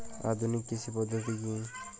আধুনিক কৃষি পদ্ধতি কী?